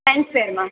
fan ફેરમાં